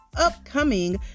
upcoming